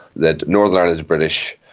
that northern ireland is british,